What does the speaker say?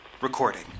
recording